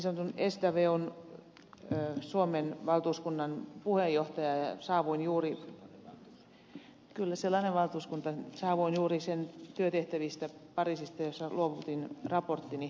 olen niin sanotun esdaweun suomen valtuuskunnan puheenjohtaja ja saavuin juuri sen työtehtävistä pariisista jossa luovutin raporttini